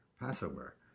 Passover